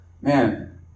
man